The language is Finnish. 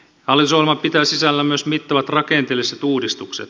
hallitusohjelma pitää sisällään myös mittavat rakenteelliset uudistukset